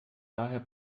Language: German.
daher